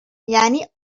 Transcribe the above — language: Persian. یعنی